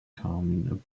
carmine